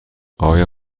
آیا